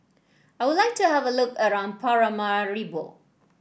I would like to have a look around Paramaribo